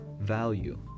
value